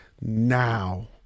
now